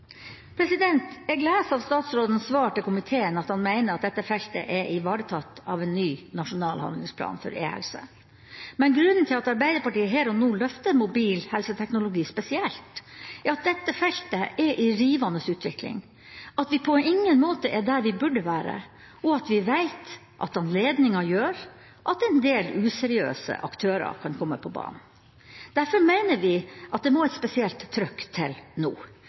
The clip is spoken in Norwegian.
Jeg leser av statsrådens svar til komiteen at han mener at dette feltet er ivaretatt av en ny nasjonal handlingsplan for e-helse. Men grunnen til at Arbeiderpartiet her og nå løfter mobil helseteknologi spesielt, er at dette feltet er i rivende utvikling, at vi på ingen måte er der vi burde være, og at vi vet at anledningen gjør at en del useriøse aktører kan komme på banen. Derfor mener vi at det må et spesielt trøkk til nå,